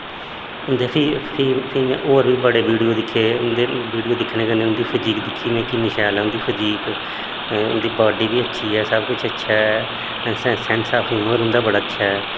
उं'दे फ्ही फ्ही फ्ही में होर बी बड़े वीडियो दिक्खे उं'दे वीडियो दिक्खने कन्नै उ'न्दी फजीक दिक्खी में किन्नी शैल ऐ उं'दी फजीक उ'न्दी बाड्डी बी अच्छी ऐ सब कुछ अच्छा ऐ सेन्स आफ हियुमर उं'दा बड़ा अच्छा ऐ